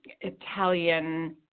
Italian